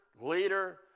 leader